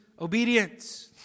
obedience